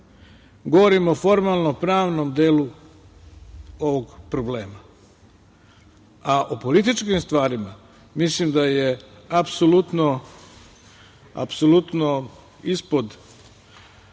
govorim o formalno-pravnom delu ovog problema, a o političkim stvarima mislim da je apsolutno ispod